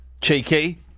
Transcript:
Cheeky